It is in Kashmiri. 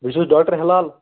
تُہۍ چِھِو حظ ڈاکٹر ہِلال